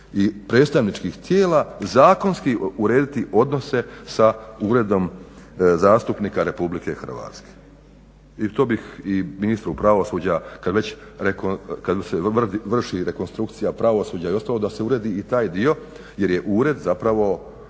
i predstavničkih tijela, zakonski urediti odnose sa Uredom zastupnika RH. i to bi i ministru pravosuđa kada se vrši rekonstrukcija pravosuđa i ostalo da se uredi i taj dio jer je ured zapravo